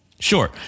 Sure